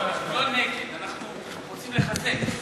אנחנו לא נגד, אנחנו רוצים לחזק.